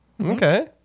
Okay